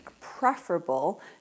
preferable